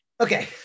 okay